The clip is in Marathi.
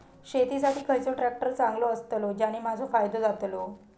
शेती साठी खयचो ट्रॅक्टर चांगलो अस्तलो ज्याने माजो फायदो जातलो?